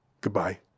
goodbye